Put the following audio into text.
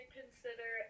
consider